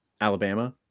alabama